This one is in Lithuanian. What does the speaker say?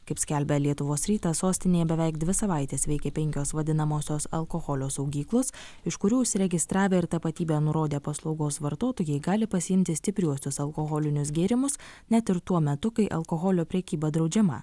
kaip skelbia lietuvos rytą sostinėje beveik dvi savaites veikė penkios vadinamosios alkoholio saugyklos iš kurių užsiregistravę ir tapatybę nurodę paslaugos vartotojai gali pasiimti stipriuosius alkoholinius gėrimus net ir tuo metu kai alkoholio prekyba draudžiama